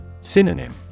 Synonym